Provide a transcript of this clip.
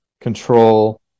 control